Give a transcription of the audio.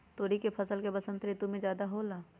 तोरी के फसल का बसंत ऋतु में ज्यादा होला?